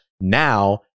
now